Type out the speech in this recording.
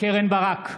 קרן ברק,